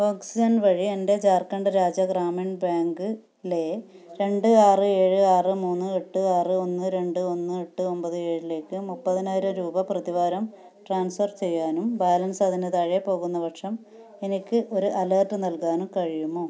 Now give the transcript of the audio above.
oxygen വഴി എൻ്റെ ജാർഖണ്ഡ് രാജ്യ ഗ്രാമീൺ ബാങ്കിലെ രണ്ട് ആറ് ഏഴ് ആറ് മൂന്ന് എട്ട് ആറ് ഒന്ന് രണ്ട് ഒന്ന് എട്ട് ഒമ്പത് ഏഴിലേക്ക് മുപ്പതിനായിരം രൂപ പ്രതിവാരം ട്രാൻസ്ഫർ ചെയ്യാനും ബാലൻസ് അതിന് താഴെ പോകുന്ന പക്ഷം എനിക്ക് ഒരു അലേർട്ട് നൽകാനും കഴിയുമോ